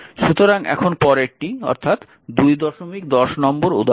সুতরাং এখন পরেরটি 210 নম্বর উদাহরণ